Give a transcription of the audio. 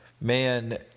Man